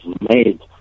made